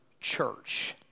church